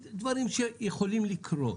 אלה דברים שיכולים לקרות,